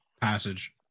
passage